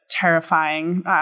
terrifying